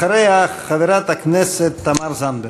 אחריה, חברת הכנסת תמר זנדברג.